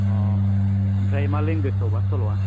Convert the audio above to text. अ ओमफ्राय मा लेंगुवेजआवबा सल'आ